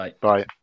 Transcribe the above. bye